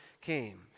came